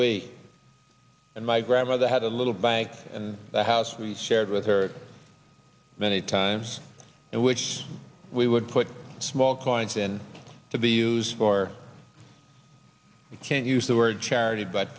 way and my grandmother had a little bank and the house we shared with her many times and which we would put small coins in to be used for we can't use the word charity but